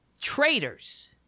traitors